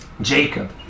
Jacob